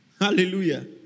Hallelujah